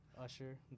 Usher